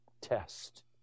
test